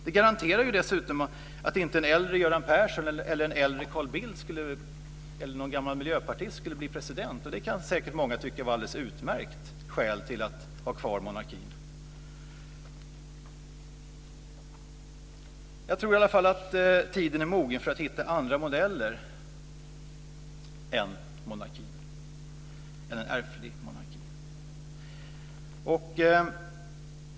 Det garanterar dessutom att inte en äldre Göran Persson, en äldre Carl Bildt eller någon gammal miljöpartist skulle bli president, och det kan säkert många tycka vara ett alldeles utmärkt skäl till att ha kvar monarkin. Jag tror i alla fall att tiden är mogen för att hitta andra modeller än en ärftlig monarki.